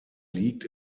liegt